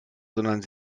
sondern